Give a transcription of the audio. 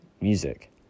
music